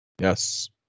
Yes